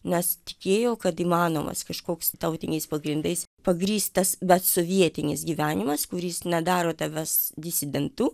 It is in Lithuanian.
nes tikėjo kad įmanomas kažkoks tautiniais pagrindais pagrįstas bet sovietinis gyvenimas kuris nedaro tavęs disidentu